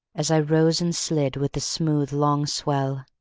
as i rose and slid with the smooth, long swell.